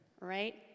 right